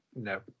No